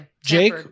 Jake